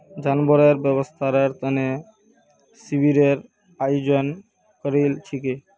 जानवरेर स्वास्थ्येर तने शिविरेर आयोजन करील छिले